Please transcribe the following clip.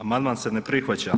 Amandman se ne prihvaća.